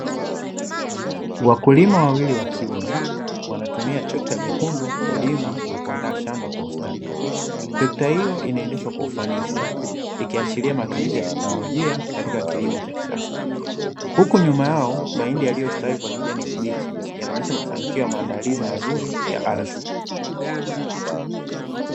Wakulima wawili wa kiume wanatumia trekta jekundu kulima na kuandaa shamba kwa ustadi. Trekta hiyo inaendeshwa kwa ufanisi, ikiashiria matumizi ya teknolojia katika kilimo cha kisasa. Huku nyuma yao, mahindi yaliyostawi kwa kijani kibichi yanaonyesha mafanikio ya maandalizi mazuri ya ardhi.